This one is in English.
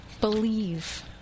Believe